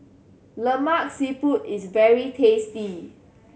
Lemak Siput is very tasty